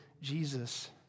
Jesus